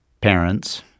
parents